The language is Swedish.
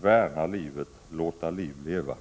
värna livet, låta liv leva.